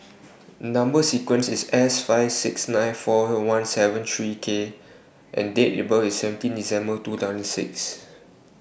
Number sequence IS S five six nine four one seven three K and Date of birth IS seventeen December two thousand and six